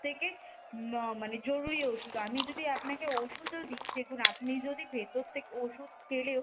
থেকে মানে জরুরি ওষুধ আমি যদি আপনাকে ওষুধও দিই দেখুন আপনি যদি ভেতর থেকে ওষুধ খেলেও